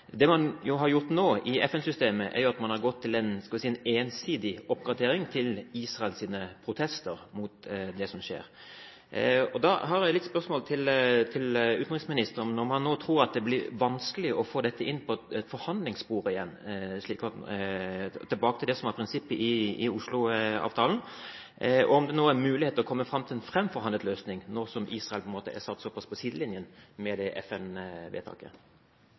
Det man nå har gjort i FN-systemet, er at man har gått til – skal vi si – en ensidig oppgradering, til Israels protester mot det som skjer. Da har jeg et spørsmål til utenriksministeren: Tror han nå at det vil bli vanskelig å få dette inn til et forhandlingsbord igjen – altså tilbake til det som var prinsippet i Oslo-avtalen – og tror han man kan komme fram til en framforhandlet løsning, nå som Israel er satt såpass på sidelinjen med det